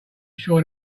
sure